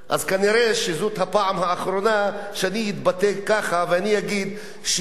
כנראה זאת הפעם האחרונה שאני מתבטא כך ואומר שיש